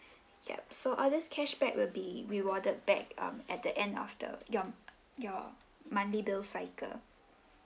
yup so all these cashback will be rewarded back um at the end of the your your monthly bill cycle